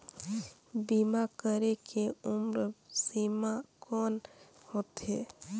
बीमा करे के उम्र सीमा कौन होथे?